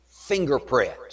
fingerprint